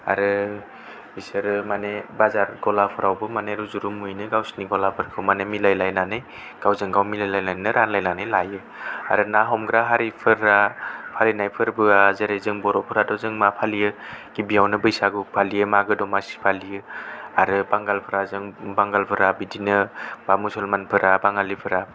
आरो बिसोरो माने बाजार गलाफोरावबो माने रुजु रुमुयैनो गावसोरनि गलाफोरखौ माने मिलायलायनानै गावजों गाव मिलायलायनानैनो रानलायनानै लायो आरो ना हमग्रा हारिफोरा फालिनाय फोरबोवा जेरै जों बर'फोराथ' जों मा फालियो गिबियावनो बैसागु फालियो मागो दमासि फालियो आरो बांगालफोरा जों बांगालफोरा बिदिनो बा मुसलमानफोरा बाङालिफोरा